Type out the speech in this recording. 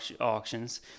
auctions